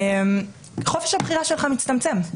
חופש הבחירה שלך מצטמצם.